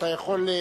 אתה יכול,